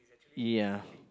ya